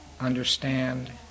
understand